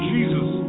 Jesus